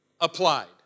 applied